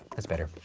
that's better.